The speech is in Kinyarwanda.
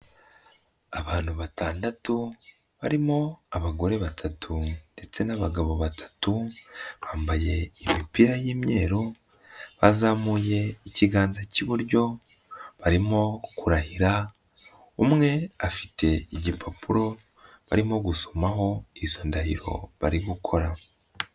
Abantu batandatu barimo abagore batatu ndetse n'abagabo batatu, bambaye imipira y'imweru, bazamuye ikiganza cy'iburyo barimo kurahira, umwe afite igipapuro barimo gusomaho izo ndahiro bari gukora.